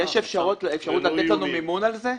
יש אפשרות לתת לנו מימון על זה?